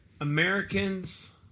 Americans